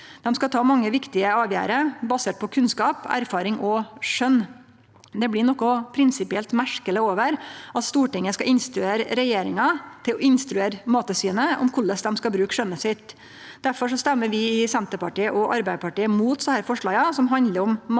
Dei skal ta mange viktige avgjerder basert på kunnskap, erfaring og skjønn. Det blir noko prinsipielt merkeleg over at Stortinget skal instruere regjeringa til å instruere Mattilsynet om korleis dei skal bruke skjønnet sitt. Derfor stemmer vi i Senterpartiet og Arbeidarpartiet mot desse forslaga som handlar om